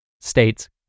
states